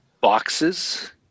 boxes